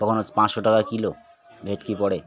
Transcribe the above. তখন হচ্ছে পাঁচশো টাকা কিলো ভেটকি পড়ে